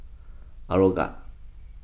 Aeroguard